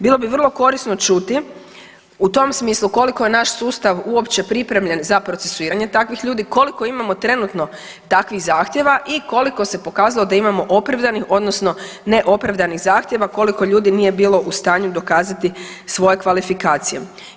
Bilo bi vrlo korisno čuti u tom smislu koliko je naš sustav uopće pripremljen za procesuiranje takvih ljudi, koliko imamo trenutno takvih zahtjeva i koliko se pokazalo da imamo opravdanih odnosno ne opravdanih zahtjeva, koliko ljudi nije bilo u stanju dokazati svoje kvalifikacije.